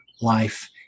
life